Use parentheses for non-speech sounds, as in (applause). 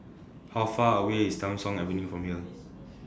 How Far away IS Tham Soong Avenue from here (noise)